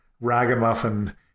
ragamuffin